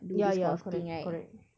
ya ya correct correct